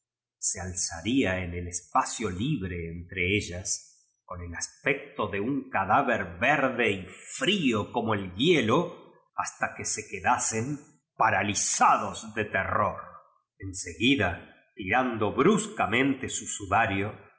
se alzaría en el espurio libre entre ellas con el aspecto de un cadáver verde v frío como el hielo hasta que se quedasen paralizados de terror en seguida rirando bruscamente su